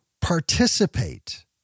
participate